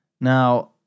Now